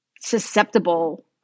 susceptible